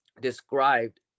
described